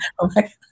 Okay